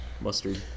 Mustard